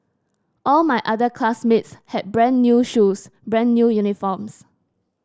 all my other classmates had brand new shoes brand new uniforms